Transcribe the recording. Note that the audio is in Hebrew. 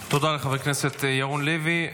תודה, חבר הכנסת ירון לוי.